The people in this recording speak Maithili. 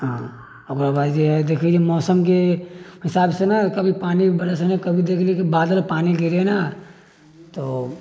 आ ओकरा बाद जे है देखै जे मौसम के हिसाब से न कभी पानि बरसलै कभी देखलियै बादल पानि के ले न